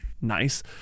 nice